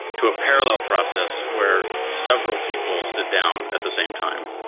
to a parallel process where several people sit down at the same time.